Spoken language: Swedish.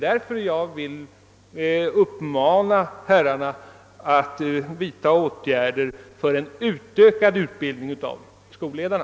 Därför vill jag uppmana herrarna att vidta åtgärder för en utökad utbildning av skolledarna.